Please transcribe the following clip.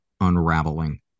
unraveling